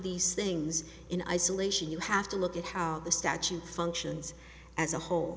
these things in isolation you have to look at how the statute functions as a